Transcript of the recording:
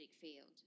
field